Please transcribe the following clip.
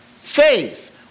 Faith